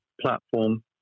platform